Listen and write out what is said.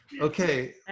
Okay